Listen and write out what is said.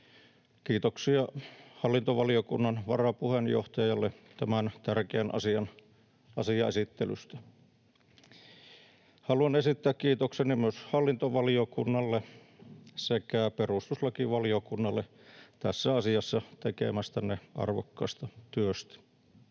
Kiitoksia hallintovaliokunnan varapuheenjohtajalle tämän tärkeän asian esittelystä. Haluan esittää kiitokseni myös hallintovaliokunnalle sekä perustuslakivaliokunnalle tässä asiassa tekemästänne arvokkaasta työstä.